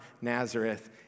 nazareth